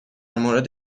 مورد